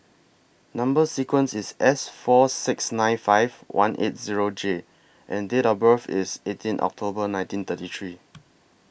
Number sequence IS S four six nine five one eight Zero J and Date of birth IS eighteen October nineteen thirty three